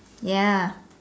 ya